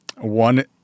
one